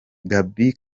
gaby